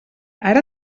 ara